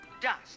Dust